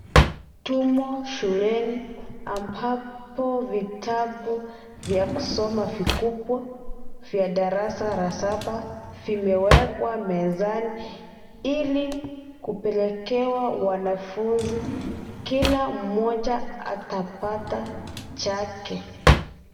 Tumo shuleni ambapo vitabu vya kusoma vikubwa vya darasa la saba vimewekwa mezani ili kupelekewa wanafunzi. Kila mmoja atapata chake.